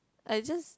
I just